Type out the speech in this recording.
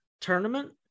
tournament